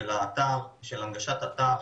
של הנגשת האתר